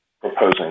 proposing